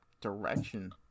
Direction